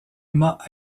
mas